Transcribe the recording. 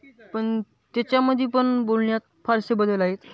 पण त्याच्यामध्ये पण बोलण्यात फारसे बदल आहेत